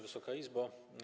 Wysoka Izbo!